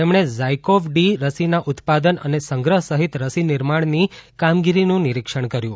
તેમણે ઝાયકો વ ડી રસીના ઉત્પાદન અને સંગ્રહ સહિત રસી નિર્માણની કામગીરીનું નિરીક્ષણ કર્યુ